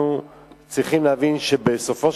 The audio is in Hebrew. אנחנו צריכים להבין שמדובר